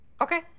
Okay